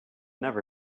never